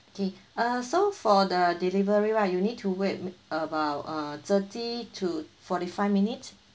okay uh so for the delivery right you need to wait m~ about thirty to forty five minutes